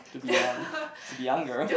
to be young to be younger